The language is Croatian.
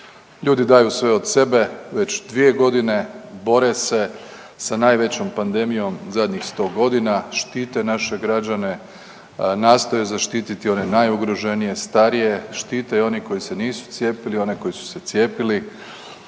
Ljudi daju sve od sebe već 2 godine, bore se sa najvećom pandemijom zadnjih 100 godina, štite naše građane, nastoje zaštititi one najugroženije, starije, štite i oni koji se nisu cijepili, one koje su se cijepili,